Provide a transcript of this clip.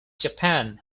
japan